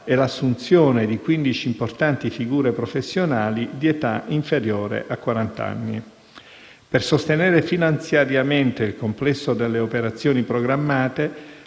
e l'assunzione di 15 importanti figure professionali di età inferiore a quarant'anni. Per sostenere finanziariamente il complesso delle operazioni programmate,